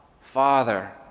Father